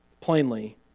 plainly